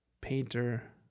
Painter